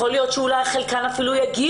יכול להיות שחלק מהנערות האלו גם יגיעו